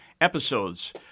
episodes